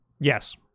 Yes